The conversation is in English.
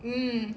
mm